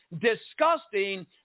disgusting